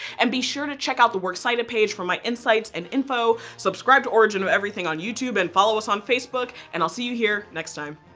and be sure to check out the works cited page for my insights and info, subscribe to origin of everything on youtube and follow us on facebook and i'll see you here next time!